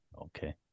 Okay